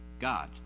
God